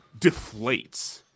deflates